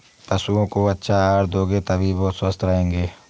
पशुओं को अच्छा आहार दोगे तभी वो स्वस्थ रहेंगे